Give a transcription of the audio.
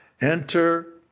Enter